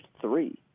three